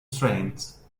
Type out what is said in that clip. strength